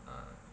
ah